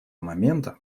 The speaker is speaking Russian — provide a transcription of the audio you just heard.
момента